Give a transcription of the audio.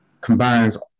combines